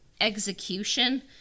execution